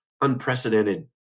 unprecedented